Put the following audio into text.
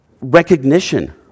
recognition